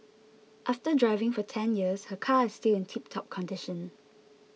after driving for ten years her car is still in tiptop condition